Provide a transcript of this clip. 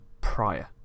prior